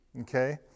okay